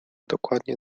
dokładnie